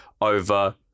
over